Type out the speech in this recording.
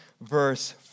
verse